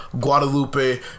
Guadalupe